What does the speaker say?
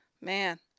man